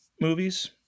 movies